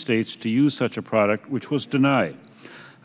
states to use such a product which was denied